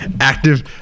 active